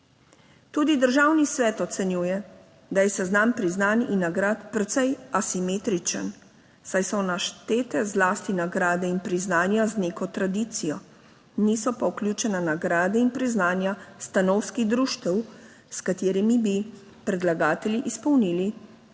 Tudi Državni svet ocenjuje, da je seznam priznanj in nagrad precej asimetričen, saj so naštete zlasti nagrade in priznanja z neko tradicijo, niso pa vključena nagrade in priznanja stanovskih društev, s katerimi bi predlagatelji izpolnili to zadevni